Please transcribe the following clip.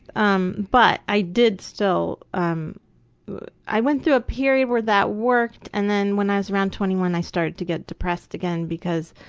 um, but, i did still, um i went through a period where that worked and when i was around twenty one i started to get depressed again because